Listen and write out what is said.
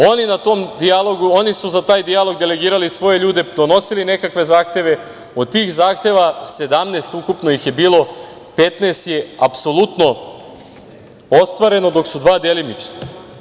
Oni su za taj dijalog delegirali svoje ljude, donosili nekakve zahteve, a od tih zahteva, 17 ukupno ih je bilo, 15 je apsolutno ostvareno, dok su dva delimično.